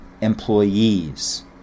employees